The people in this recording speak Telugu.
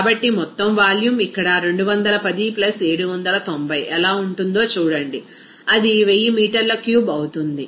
కాబట్టి మొత్తం వాల్యూమ్ ఇక్కడ 210 790 ఎలా ఉంటుందో చూడండి అది 1000 మీటర్ల క్యూబ్ అవుతుంది